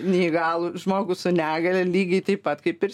neįgalų žmogų su negalia lygiai taip pat kaip ir